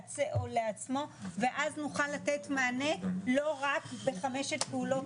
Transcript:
או לעצמו ואז נוכל לתת מענה לא רק בחמשת פעולות